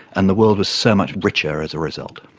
and the world was so much richer as a result.